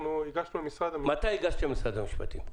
הגשנו למשרד המשפטים -- מתי הגשתם למשרד המשפטים?